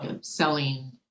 selling